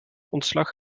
ontslag